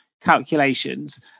calculations